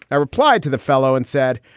i replied to the fellow and said,